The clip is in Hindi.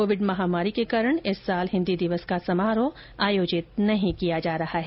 कोविड महामारी के कारण इस साल हिन्दी दिवस का समारोह आयोजित नहीं किया जा रहा है